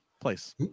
place